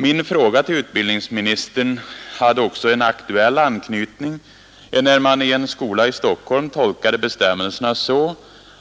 Min fråga till utbildningsministern hade också en aktuell anknytning, enär man i en skola i Stockholm tolkade bestämmelserna så,